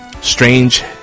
strange